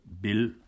Bill